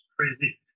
crazy